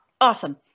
awesome